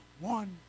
one